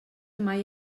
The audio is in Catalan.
mai